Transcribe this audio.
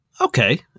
Okay